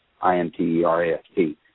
I-N-T-E-R-A-S-T